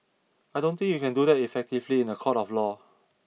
I don't think you can do that effectively in a court of law